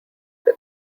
this